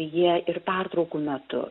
jie ir pertraukų metu